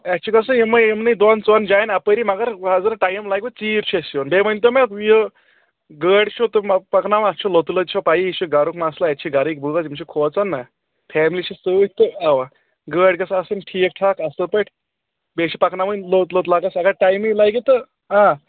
اَسہِ چھِ گژھُن یِمٕے یِمنٕے دۄن ژۄن جایَن اَپٲری مگر حضرت ٹایم لَگِوٕ ژیٖرۍ چھُ اَسہِ یُن بیٚیہِ ؤنۍ تو مےٚ یہِ گٲڑۍ چھُو تہٕ پَکناوان لوٚت لوٚت چھو پَیی یہِ چھُ گَرُک مَسلہٕ اَتہِ چھِ گَرٕکۍ بٲژ یِم چھِ کھوژان نا فیملی چھِ سۭتۍ تہٕ اَوا گٲڑۍ گَژھِ آسٕنۍ ٹھیٖک ٹھاکھ اَصٕل پٲٹھۍ بیٚیہِ چھِ پَکناوٕنۍ لوٚت لوٚت لَگَس اگر ٹایمٕے لَگہِ تہٕ